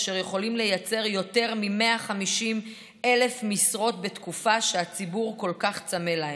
אשר יכולים לייצר יותר מ-150,000 משרות בתקופה שהציבור כל כך צמא להן.